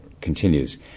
continues